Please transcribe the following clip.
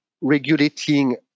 regulating